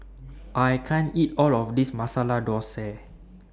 I can't eat All of This Masala Thosai